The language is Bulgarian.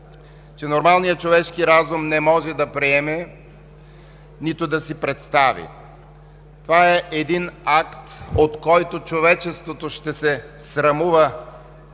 че нормалният човешки разум не може да приеме, нито да си представи. Това е един акт, от който човечеството ще се срамува